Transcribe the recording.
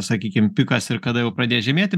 sakykim pikas ir kada jau pradės žemėti